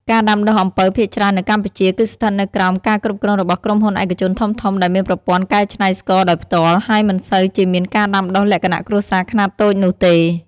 ការដាំដុះអំពៅភាគច្រើននៅកម្ពុជា គឺស្ថិតនៅក្រោមការគ្រប់គ្រងរបស់ក្រុមហ៊ុនឯកជនធំៗ ដែលមានប្រព័ន្ធកែច្នៃស្ករដោយផ្ទាល់ ហើយមិនសូវជាមានការដាំដុះលក្ខណៈគ្រួសារខ្នាតតូចនោះទេ។